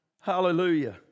Hallelujah